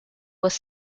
was